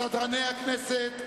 לסדרני הכנסת,